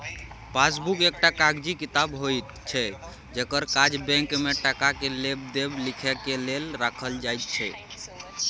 passbook एकटा कागजी किताब होइत छै जकर काज बैंक में टका के लेब देब लिखे के लेल राखल जाइत छै